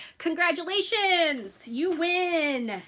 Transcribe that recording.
congratulations you win